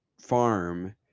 Farm